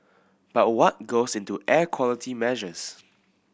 but what goes into air quality measures